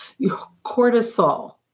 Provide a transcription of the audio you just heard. Cortisol